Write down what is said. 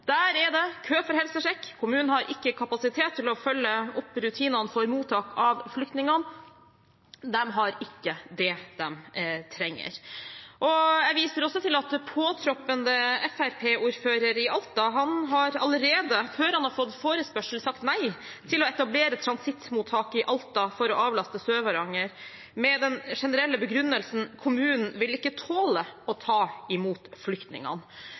Der er det kø for helsesjekk, og kommunen har ikke kapasitet til å følge opp rutinene for mottak av flyktningene. De har ikke det de trenger. Jeg viser også til at påtroppende Fremskrittsparti-ordfører i Alta allerede, før han har fått forespørsel, har sagt nei til å etablere transittmottak i Alta for å avlaste Sør-Varanger, med den generelle begrunnelsen: Kommunen vil ikke tåle å ta imot flyktningene.